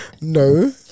No